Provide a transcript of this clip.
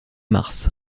mars